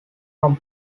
from